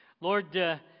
Lord